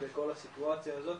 בכל הסיטואציה הזאת